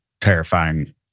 terrifying